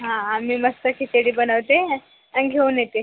हां मी मस्त खिचडी बनवते आणि घेऊन येते